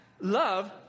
Love